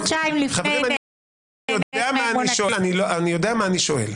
אני יודע מה אני שואל.